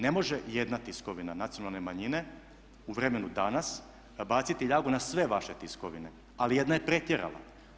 Ne može jedna tiskovina nacionalne manjine u vremenu danas baciti ljagu na sve vaše tiskovine ali jedna je pretjerala.